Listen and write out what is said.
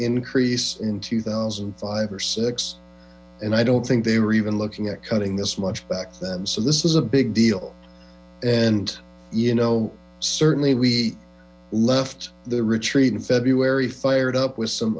increase in two thousand five or six and i don't think they were even looking at cutting this much back then so this is a big deal and you know certainly we left the retreat in february fired up with some